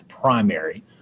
primary